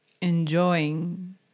enjoying